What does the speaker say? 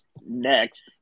Next